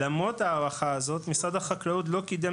למרות ההערכה הזאת משרד החקלאות לא קידם